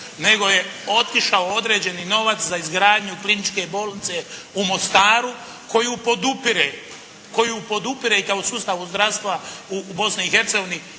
nego je otišao određeni novac za izgradnju Kliničke bolnice u Mostaru koju podupire kao sustavu zdravstva u Bosni